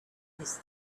his